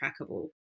trackable